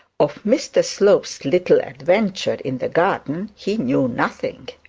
of mr slope's little adventure in the garden he knew nothing.